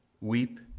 weep